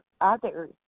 others